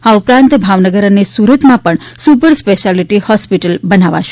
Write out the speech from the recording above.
આ ઉપરાંત ભાવનગર અને સુરતમાં પણ સુપર સ્પેશિયાલીટી હોસ્પિટલ બનાવાશે